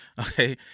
okay